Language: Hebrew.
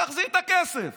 תחזיר את הכסף